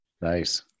Nice